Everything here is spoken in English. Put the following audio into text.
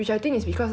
chicken you know